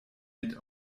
mit